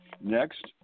Next